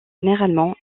généralement